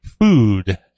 food